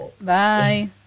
Bye